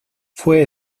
fue